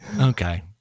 Okay